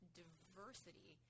diversity